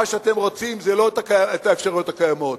מה שאתם רוצים זה לא את האפשרויות הקיימות,